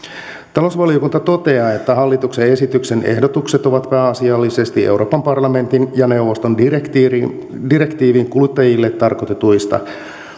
talousvaliokunta toteaa että hallituksen esityksen ehdotukset ovat pääasiallisesti euroopan parlamentin ja neuvoston direktiivin direktiivin kuluttajille tarkoitetuista